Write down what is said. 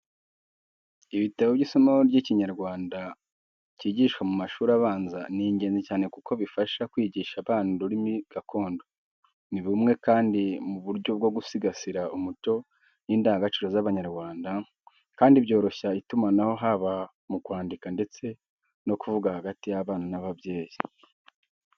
Ibitabo by'isomo ry'ikinyarwanda kigishwa mu mashuri abanza ni ingenzi cyane kuko bifasha kwigisha abana ururimi gakondo. Ni bumwe kandi mu buryo bwo gusigasira umuco n'indangagaciro z'abanyarwanda kandi byoroshya itumanaho haba mu kwandika ndetse no kuvuga hagati y'abana n'ababyeyi.